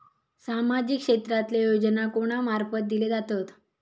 सामाजिक क्षेत्रांतले योजना कोणा मार्फत दिले जातत?